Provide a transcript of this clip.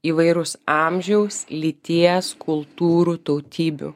įvairus amžiaus lyties kultūrų tautybių